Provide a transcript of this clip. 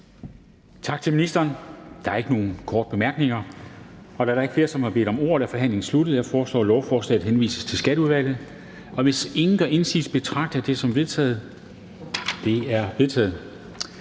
Tak til skatteministeren. Der er ingen korte bemærkninger. Da der ikke er flere, der har bedt om ordet, er forhandlingen sluttet. Jeg foreslår, at lovforslaget henvises til Skatteudvalget. Hvis ingen gør indsigelse, betragter jeg dette som vedtaget. Det er vedtaget.